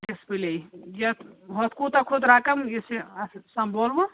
display یَتھ ہُتھ کوٗتاہ کھوٚت رَقَم یُس یہِ سمبولوٕ